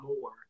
more